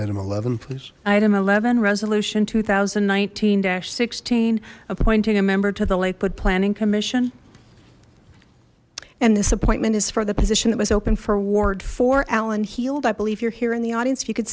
eleven please item eleven resolution two thousand and nineteen sixteen appointing a member to the lakewood planning commission and this appointment is for the position that was open for ward for alan healed i believe you're here in the audience you could